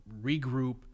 regroup